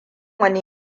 wani